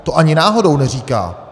To ani náhodou neříká.